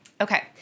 Okay